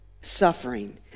suffering